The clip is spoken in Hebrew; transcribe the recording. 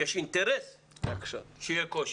יש אינטרס שיהיה קושי.